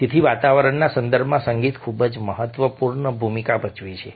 તેથી વાતાવરણના સંદર્ભમાં સંગીત ખૂબ જ મહત્વપૂર્ણ ભૂમિકા ભજવે છે